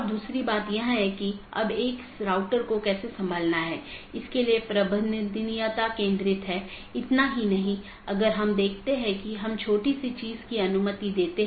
इसका मतलब है BGP कनेक्शन के लिए सभी संसाधनों को पुनःआवंटन किया जाता है